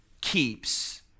keeps